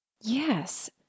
Yes